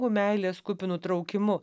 meilės kupinu traukimu